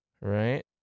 Right